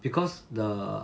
because the